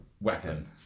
weapon